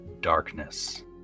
Darkness